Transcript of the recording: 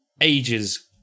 ages